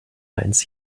eins